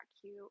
cute